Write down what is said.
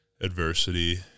adversity